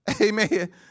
Amen